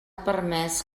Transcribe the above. permés